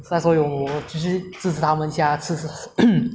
现在所以我就是支持他们一下